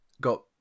got